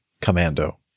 commando